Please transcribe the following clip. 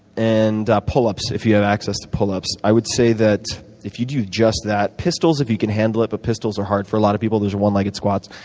and pull-ups, if you have access to pull-ups. i would say that if you do just that pistols if you can handle it, but pistols are hard for a lot of people. those are one legged squats.